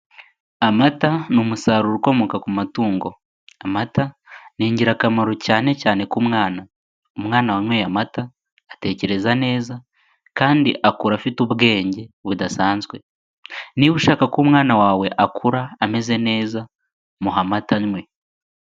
Amata ni umusaruro ukomoka ku matungo, amata ni ingirakamaro cyane cyane ku mwana, umwana wanyoye amata atekereza neza, kandi akura afite ubwenge budasanzwe. Niba ushaka ko umwana wawe akura ameze neza, muhe amata anywe.